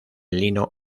lino